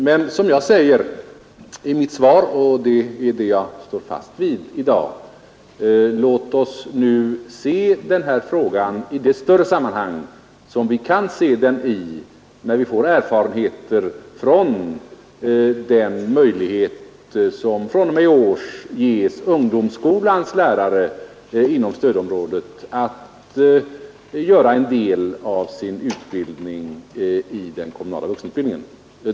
Men jag säger i mitt svar, och det står jag fast vid i dag: låt oss se denna fråga i det större sammanhang vi kan se den i när vi fått erfarenheter av den möjlighet som fr.om. i år ges ungdomsskolans lärare inom stödområdet att göra en del av sin undervisning i den kommunala vuxenutbildningen.